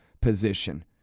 position